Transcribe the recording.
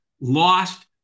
lost